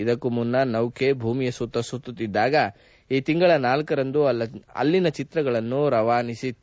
ಇದಕ್ಕೂ ಮುನ್ನ ನೌಕೆ ಭೂಮಿಯ ಸುತ್ತ ಸುತ್ತುತ್ತಿದ್ದಾಗ ಈ ತಿಂಗಳ ಳರಂದು ಅಲ್ಲಿನ ಚಿತ್ರಗಳನ್ನು ರವಾನಿಸಿತ್ತು